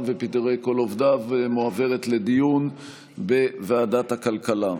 ופיטורי כל עובדיו מועברת לדיון בוועדת הכלכלה.